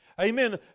Amen